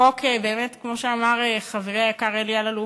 החוק, באמת כמו שאמר חברי היקר אלי אלאלוף,